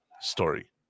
story